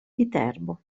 viterbo